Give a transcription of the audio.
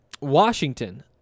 Washington